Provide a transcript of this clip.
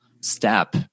step